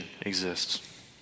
exists